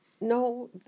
No